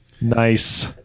Nice